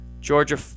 Georgia